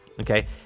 Okay